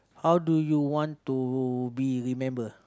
how do you want to be remember